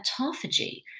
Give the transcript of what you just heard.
autophagy